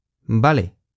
Vale